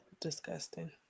disgusting